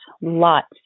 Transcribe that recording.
lots